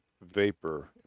vapor